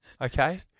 Okay